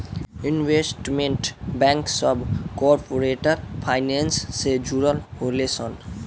investment bank सभ corporate finance से जुड़ल होले सन